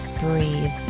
breathe